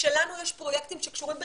כשיש לנו פרויקטים שקשורים בחינוך,